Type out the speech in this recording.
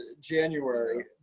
January